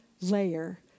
layer